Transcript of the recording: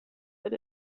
that